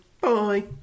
Bye